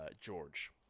George